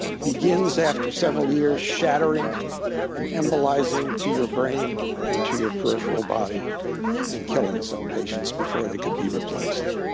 begins after several years shattering and embolizing to your brain and to your peripheral body and killing some patients before they could be replaced.